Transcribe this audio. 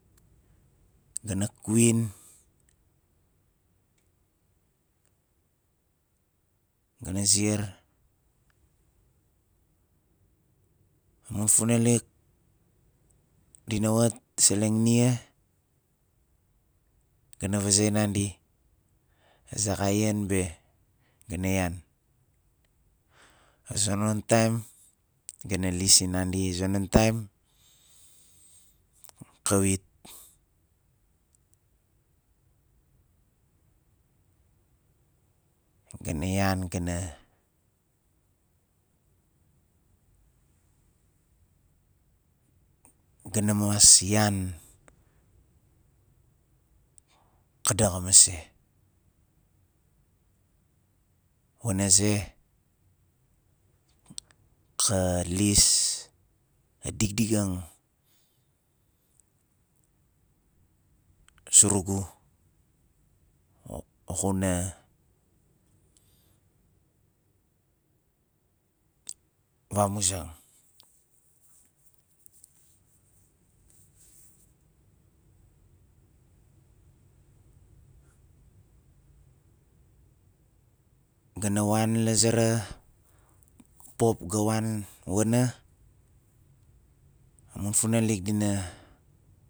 Ga na kwin ga na ziae amun funalik di na wat seleng nia ga na vaze nandi a zaxai yaan be ga na yan a zonon taim ga na lis sinandi a zonon taim kawit ga na yaan ga na- ga na mos yaan ka daxa mase wana ze ka lis a digdigaan surugu xu- xuna vamuzang ga na wan la zara pop ga wan wana amun funalik dina